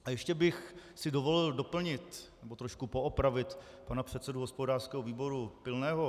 A ještě bych si dovolil doplnit nebo trošku poopravit pana předsedu hospodářského výboru Pilného.